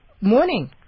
Morning